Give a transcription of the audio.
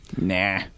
Nah